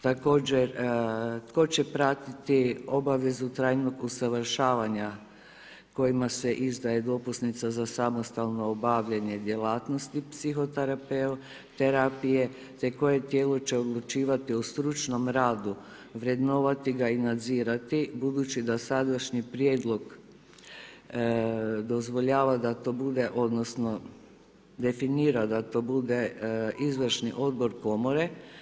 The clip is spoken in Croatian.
Također tko će pratiti obavezu trajnog usaglašavanja kojima se izdaje dopusnica za samostalno obavljanje djelatnosti psihoterapije te koje tijelo će odlučivati o stručnom radu, vrednovati ga i nadzirati budući da sadašnji prijedlog dozvoljava da to bude, odnosno, definira da to bude izvršni odbor komore.